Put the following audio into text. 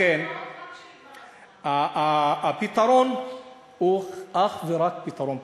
לכן, הפתרון הוא אך ורק פתרון פוליטי.